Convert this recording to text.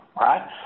right